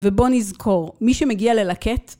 ובוא נזכור, מי שמגיע ללקט